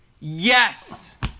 Yes